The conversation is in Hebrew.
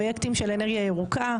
ופרויקטים של אנרגיה ירוקה.